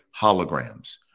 Holograms